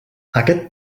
aquest